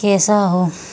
کیسا ہو